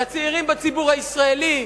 לצעירים בציבור הישראלי?